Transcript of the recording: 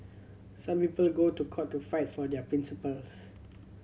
some people go to court to fight for their principles